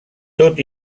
tot